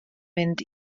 mynd